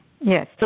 Yes